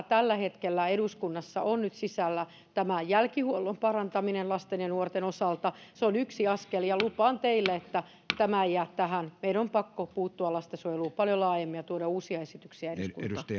tällä hetkellä eduskunnassa on nyt sisällä jälkihuollon parantaminen lasten ja nuorten osalta se on yksi askel ja lupaan teille että tämä ei jää tähän meidän on pakko puuttua lastensuojeluun paljon laajemmin ja tuoda uusia esityksiä